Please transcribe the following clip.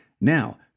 Now